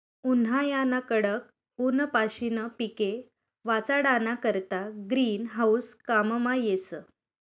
उन्हायाना कडक ऊनपाशीन पिके वाचाडाना करता ग्रीन हाऊस काममा येस